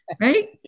right